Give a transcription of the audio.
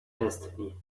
destiny